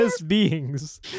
beings